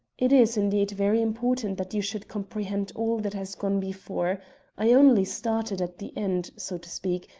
it is, indeed, very important that you should comprehend all that has gone before i only started at the end, so to speak,